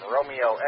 Romeo